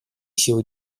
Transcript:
силы